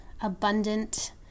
abundant